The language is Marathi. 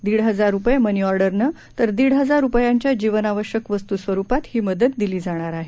दीड हजार रुपये मनी ऑर्डरने तर दीड हजार रुपयाचा जीवनावश्यक वस्तू रूपात मदत दिली जाणार आहे